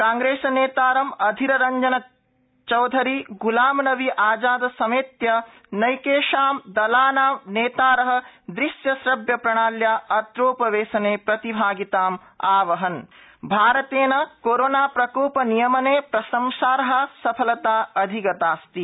कांग्रेस ज्ञेतारं अधीर रंजन चौधरीं ग्लाम नबी आज़ाद समेत्य नैकेषां दलानां नेतारः दृश्य श्रव्य प्रणाल्या अत्रो वेशने प्रतिभागिताम आवाहन कोरोना भारतेन कोरोना प्रको नियमने प्रशंसार्हा सफलता अधिगतास्ति